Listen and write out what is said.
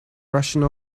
rushing